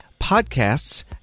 podcasts